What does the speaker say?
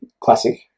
classic